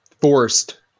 forced